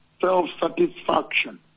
self-satisfaction